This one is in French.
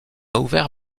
ouvert